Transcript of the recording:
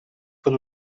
pot